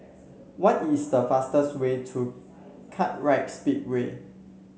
what is the fastest way to Kartright Speedway